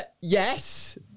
yes